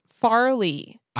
Farley